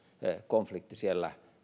konflikti siellä